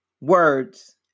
words